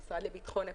המשרד לביטחון הפנים,